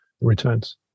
returns